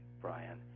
Brian